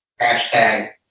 Hashtag